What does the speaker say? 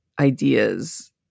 ideas